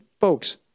folks